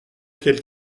quel